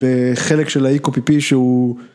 בחלק של האי קופיפי שהוא.